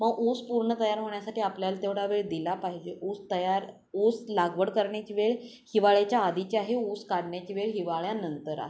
मग ऊस पूर्ण तयार होण्यासाठी आपल्याला तेवढा वेळ दिला पाहिजे ऊस तयार ऊस लागवड करण्याची वेळ हिवाळ्याच्या आधीची आहे ऊस काढण्याची वेळ हिवाळ्यानंतर आहे